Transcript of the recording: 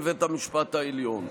בבית המשפט העליון.